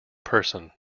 person